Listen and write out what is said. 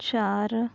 चार